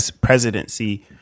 presidency